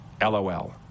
LOL